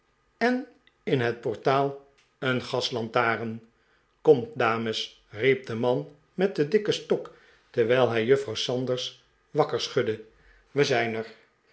en in het portaal een gaslantaren komt dames riep de man met den dikken stok terwijl hij juffrouw sanders wakker schudde wij zijn er